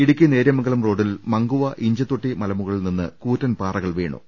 Idukki Neriamangalam റോഡിൽ മങ്കുവ ഇഞ്ചത്തൊട്ടി മലമുകളിൽനിന്നും കൂറ്റൻ പാറകൾ വീണു